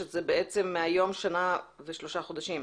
שזה בעצם מהיום שנה ושלושה חודשים.